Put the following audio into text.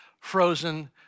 frozen